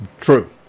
True